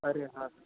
अरे हां